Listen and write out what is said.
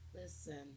Listen